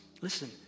listen